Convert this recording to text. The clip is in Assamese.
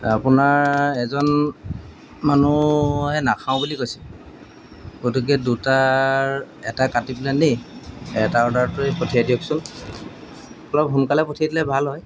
আপোনাৰ এজন মানুহে নাখাওঁ বুলি কৈছে গতিকে দুটাৰ এটা কাটি পিনে এটা অৰ্ডাৰটোৱেই পঠিয়াই দিয়কচোন অলপ সোনকালে পঠিয়াই দিলে ভাল হয়